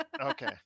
Okay